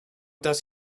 does